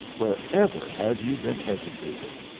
wherever have you been educated?